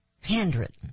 handwritten